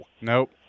Nope